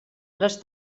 les